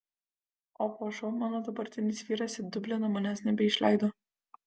o po šou mano dabartinis vyras į dubliną manęs nebeišleido